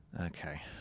okay